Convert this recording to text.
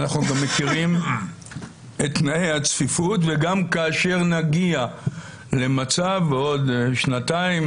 אנחנו גם מכירים את תנאי הצפיפות וגם כאשר נגיע למצב עוד שנתיים,